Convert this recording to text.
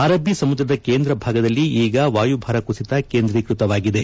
ಅರಬ್ಬೀ ಸಮುದ್ರದ ಕೇಂದ್ರ ಭಾಗದಲ್ಲಿ ಈಗ ವಾಯುಭಾರ ಕುಸಿತ ಕೇಂದ್ರೀಕ್ವತವಾಗಿದೆ